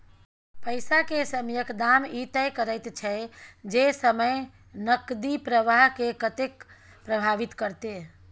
पैसा के समयक दाम ई तय करैत छै जे समय नकदी प्रवाह के कतेक प्रभावित करते